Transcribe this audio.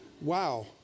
Wow